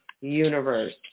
universe